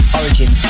origin